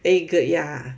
they gird ya